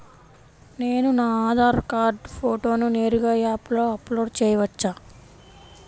నేను నా ఆధార్ కార్డ్ ఫోటోను నేరుగా యాప్లో అప్లోడ్ చేయవచ్చా?